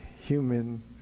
human